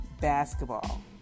basketball